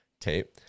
tape